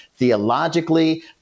theologically